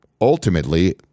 ultimately